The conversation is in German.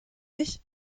mich